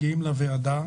לוועדה.